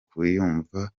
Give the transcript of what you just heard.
kuyumva